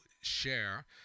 share